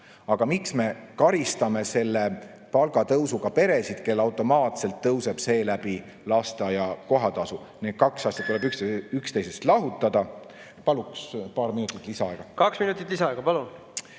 aga miks me karistame selle palgatõusuga peresid, kellel automaatselt tõuseb seeläbi lasteaia kohatasu? Need kaks asja tuleb üksteisest lahutada. Palun paar minutit lisaaega. Kaks minutit lisaaega, palun!